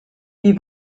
die